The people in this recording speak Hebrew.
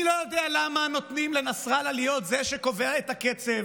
אני לא יודע למה נותנים לנסראללה להיות זה שקובע את הקצב,